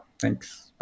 Thanks